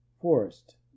forest